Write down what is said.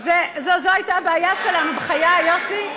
זו הייתה הבעיה שלנו, בחיי, יוסי.